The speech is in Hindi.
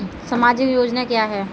सामाजिक योजना क्या है?